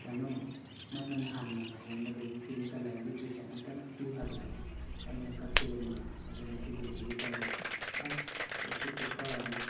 ꯇꯅꯨ ꯅꯪꯅ ꯅꯍꯥꯟ ꯅꯣꯡꯃ ꯑꯩꯉꯣꯟꯗ ꯕꯦꯕꯤ ꯄꯤꯡ ꯀꯂꯔꯒꯤ ꯇ꯭ꯔꯤ ꯁꯦꯠ ꯑꯃꯇꯪ ꯄꯤꯌꯨ ꯍꯥꯏꯕꯗꯣ ꯑꯩꯅ ꯀꯛꯈꯤꯕꯅꯦꯕ ꯑꯗꯨ ꯉꯁꯤ ꯗꯤꯔꯤꯕ꯭ꯔꯤ ꯇꯧꯔꯦ ꯑꯁ ꯄꯣꯠꯇꯤ ꯈꯨꯐ ꯑꯃ